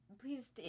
Please